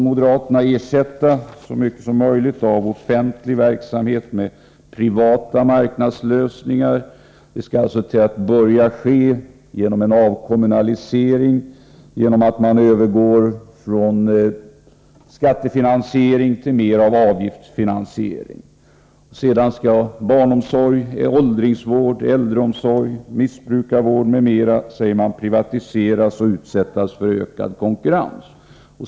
Moderaterna vill ersätta så mycket som möjligt av offentlig verksamhet med privata marknadslösningar. Det skall till att börja med ske genom en avkommunalisering och genom att man övergår från skattefinansiering till mer av avgiftsfinansiering. Sedan skall barnomsorgen, åldringsvården, äldreomsorgen, missbrukarvården m.m. privatiseras och utsättas för ökad konkurrens.